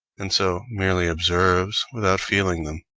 and so merely observes without feeling them.